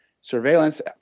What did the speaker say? surveillance